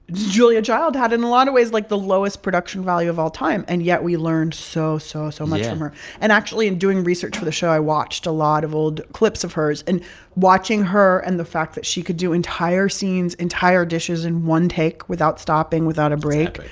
julia child had, in a lot of ways, like, the lowest production value of all time. and yet we learned so so so much from her yeah and actually, in doing research for the show, i watched a lot of old clips of hers. and watching her and the fact that she could do entire scenes, entire dishes in one take without stopping, without a break.